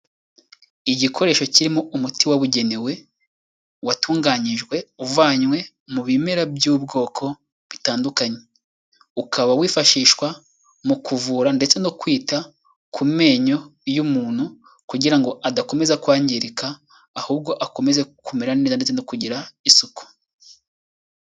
Igikoresho kirimo umuti wabugenewe watunganyijwe uvanywe mu bimera by'ubwoko butandukanye ukaba wifashishwa mu kuvura ndetse no kwita ku menyo y'umuntu kugira ngo adakomeza kwangirika ahubwo akomeza kumera neza ndetse no kugira isuku.